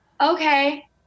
okay